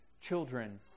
children